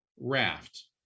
raft